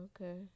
okay